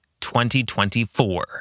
2024